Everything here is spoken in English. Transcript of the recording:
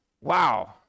wow